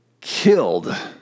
killed